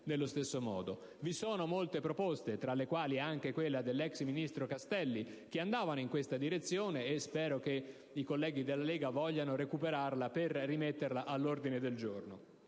nello stesso modo. Vi sono molte proposte, tra le quali anche quella dell'ex ministro Castelli, che andavano in questa direzione e spero che i colleghi della Lega vogliano recuperarla per rimetterla all'ordine del giorno